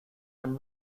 and